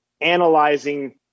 analyzing